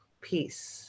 peace